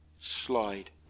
slide